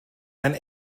and